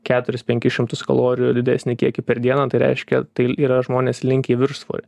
keturis penkis šimtus kalorijų didesnį kiekį per dieną tai reiškia tai yra žmonės linkę į viršsvorį